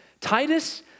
Titus